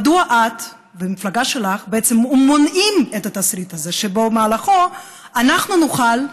מדוע את והמפלגה שלך בעצם מונעים את התסריט הזה שבמהלכו אנחנו נוכל,